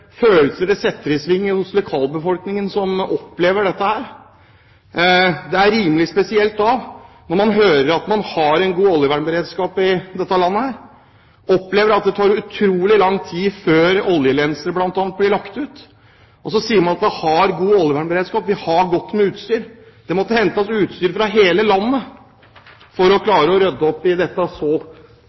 følelser det setter i sving i hos lokalbefolkningen som opplever dette. Det er rimelig spesielt, når man hører at man har en god oljevernberedskap i dette landet, å oppleve at det tar utrolig lang tid før oljelenser bl.a. blir lagt ut. Og så sier man at vi har god oljevernberedskap, at vi har godt med utstyr. Det måtte hentes utstyr fra hele landet for å klare å rydde opp i